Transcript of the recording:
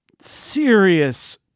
serious